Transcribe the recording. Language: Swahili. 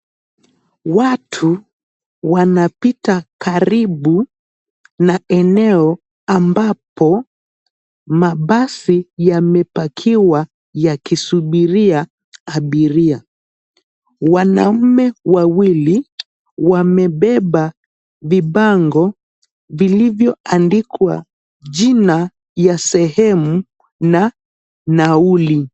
Watu wanapita karibu na eneo ambapo mabasi yamepakiwa yakisubiria abiria. Wanaume wawili wamebeba vibango vilivyoandikwa jina ya sehemu na nauli.